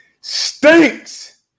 stinks